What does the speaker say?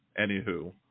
anywho